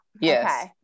Yes